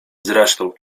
zresztą